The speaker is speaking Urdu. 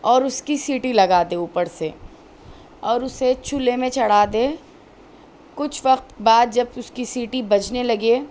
اور اس کی سیٹی لگا دے اوپر سے اور اسے چولہے میں چڑھا دے کچھ وقت بعد جب اس کی سیٹی بجنے لگے